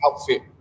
outfit